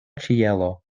ĉielo